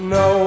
no